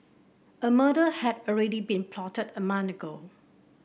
a murder had already been plotted a month ago